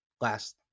last